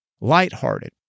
lighthearted